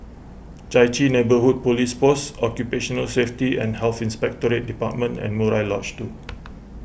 Chai Chee Neighbourhood Police Post Occupational Safety and Health Inspectorate Department and Murai Lodge two